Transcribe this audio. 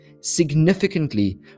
significantly